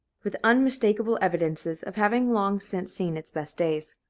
with unmistakable evidences of having long since seen its best days.